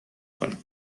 کنیم